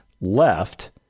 left